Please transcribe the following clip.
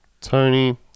Tony